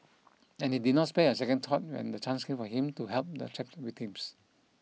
and he did not spare a second thought when the chance came for him to help the trapped victims